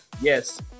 yes